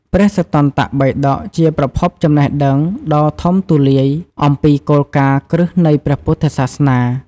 ព្រះសុត្តន្តបិដក ជាប្រភពចំណេះដឹងដ៏ធំទូលាយអំពីគោលការណ៍គ្រឹះនៃព្រះពុទ្ធសាសនា។